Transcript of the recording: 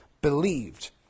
believed